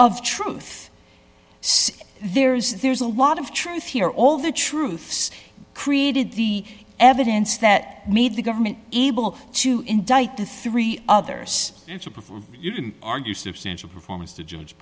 of truth there's there's a lot of truth here all the truths created the evidence that made the government able to indict the three others before you argue substantial performance to judge